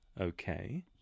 Okay